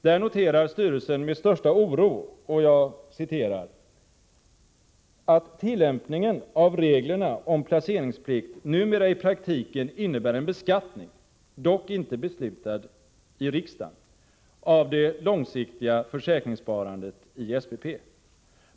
Där noterar styrelsen med största oro ”att tillämpningen av reglerna om placeringsplikt numera i praktiken innebär en beskattning, dock inte beslutad i riksdagen, av det långsiktiga försäkringssparandet i SPP.